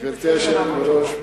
גברתי היושבת-ראש,